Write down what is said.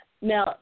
Now